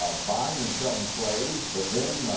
ah buying and selling slaves. but then, ah,